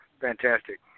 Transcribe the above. fantastic